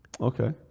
Okay